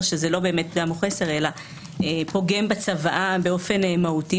שזה לא באמת פגם או חסר אלא פוגם בצוואה באופן מהותי,